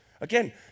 Again